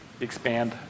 expand